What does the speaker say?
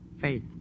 faith